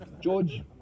George